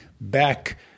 back